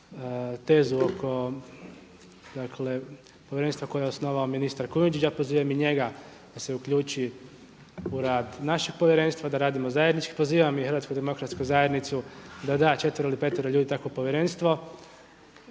tezu oko dakle Povjerenstva koje je osnovao ministar Kujundžić, ja pozivam i njega da se uključi u rad našeg povjerenstva, da radimo zajednički, pozivam i HDZ da da četvero ili petero ljudi takvo povjerenstvo.